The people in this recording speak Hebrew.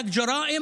המחבלים.